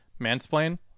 Mansplain